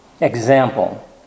example